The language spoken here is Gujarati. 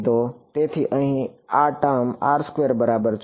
તેથી અહીં આ ટર્મ બરાબર છે